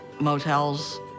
motels